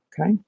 Okay